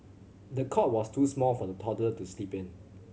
the cot was too small for the toddler to sleep in